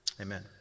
Amen